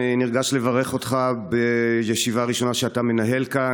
אני נרגש לברך אותך בישיבה הראשונה שאתה מנהל כאן.